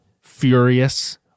furious